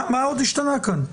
מה עוד השתנה כאן?